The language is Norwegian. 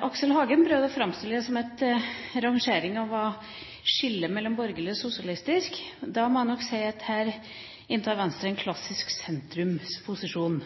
Aksel Hagen prøvde å framstille det som at rangeringa var et skille mellom borgerlig og sosialistisk. Da må jeg nok si at her inntar Venstre en klassisk sentrumsposisjon.